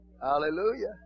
Hallelujah